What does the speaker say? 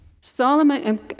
Solomon